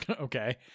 Okay